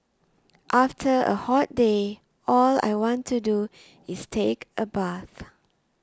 after a hot day all I want to do is take a bath